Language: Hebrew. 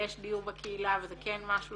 יש דיור בקהילה וזה כן משהו